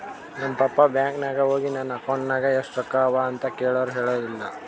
ನಮ್ papa bank ನಾಗ್ ಹೋಗಿ ನನ್ ಅಕೌಂಟ್ ನಾಗ್ ಎಷ್ಟ ರೊಕ್ಕಾ ಅವಾ ಅಂತ್ ಕೇಳುರ್ ಹೇಳಿಲ್ಲ